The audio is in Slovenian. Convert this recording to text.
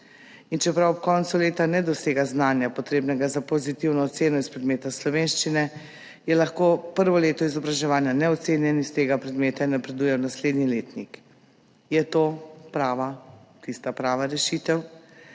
čeprav ob koncu leta ne dosega znanja, potrebnega za pozitivno oceno iz predmeta slovenščine, je lahko prvo leto izobraževanja neocenjen iz tega predmeta in napreduje v naslednji letnik. Je to tista prava rešitev?